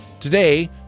Today